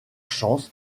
chance